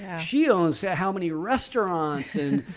ah she owns how many restaurants and,